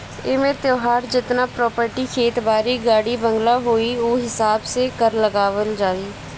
एमे तोहार जेतना प्रापर्टी खेत बारी, गाड़ी बंगला होई उ हिसाब से कर लगावल जाई